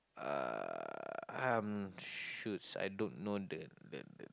uh um shoots I don't know the the the